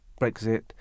Brexit